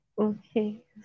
Okay